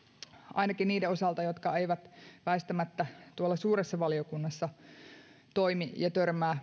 ainakin niiden osalta jotka eivät tuolla suuressa valiokunnassa toimi ja törmää